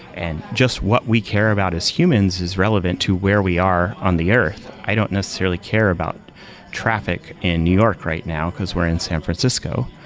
and just what we care about as humans is relevant to where we are on the earth. i don't necessarily care about traffic in new york right now, because we're in san francisco.